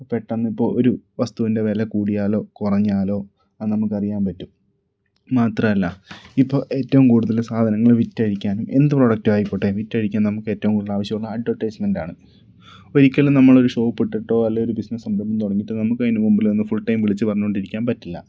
പെട്ടെന്ന് ഇപ്പോൾ ഒരു വസ്തുവിൻ്റെ വില കൂടിയാലോ കുറഞ്ഞാലോ അത് നമുക്കറിയാൻ പറ്റും മാത്രമല്ല ഇപ്പോൾ ഏറ്റവും കൂടുതൽ സാധനങ്ങള് വിറ്റഴിക്കാനും എന്ത് പ്രൊഡക്റ്റൊ ആയിക്കോട്ടെ വിറ്റഴിക്കാൻ നമുക്ക് ഏറ്റവും കൂടുതൽ ആവശ്യമുള്ള അഡ്വർടൈസ്മെൻ്റാണ് ഒരിക്കലും നമ്മളൊരു ഷോപ്പിട്ടിട്ടോ അല്ലേൽ ഒരു ബിസിനസ് സംരംഭം തുടങ്ങിയിട്ടോ നമുക്ക് അതിന് മുമ്പില് നിന്ന് ഫുൾ ടൈം വിളിച്ച് പറഞ്ഞോണ്ടിരിക്കാൻ പറ്റില്ല